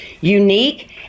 unique